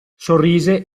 sorrise